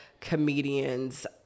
comedians